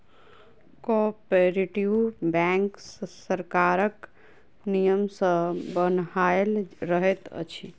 cooperative bank सरकारक नियम सॅ बन्हायल रहैत अछि